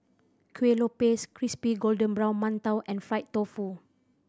Kueh Lupis crispy golden brown mantou and fried tofu